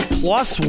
plus